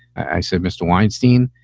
i said, mr. weinstein,